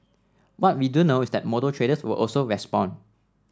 what we do know is that motor traders will also respond